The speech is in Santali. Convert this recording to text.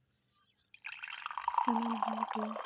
ᱥᱟᱱᱟᱢ ᱦᱚᱲ ᱜᱮ